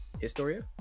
Historia